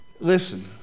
Listen